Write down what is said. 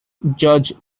judge